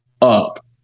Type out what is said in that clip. up